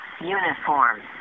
uniform